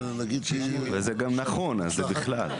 וזה גם נכון אז בכלל.